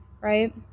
Right